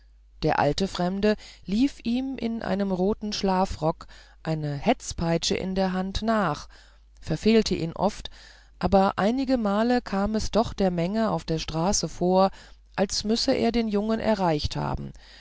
der alte fremde lief ihm in einem roten schlafrock eine hetzpeitsche in der hand nach verfehlte ihn oft aber einigemal kam es doch der menge auf der straße vor als müsse er den jungen erreicht haben